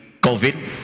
covid